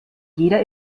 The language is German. jeder